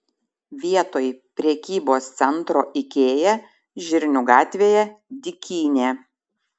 vietoj prekybos centro ikea žirnių gatvėje dykynė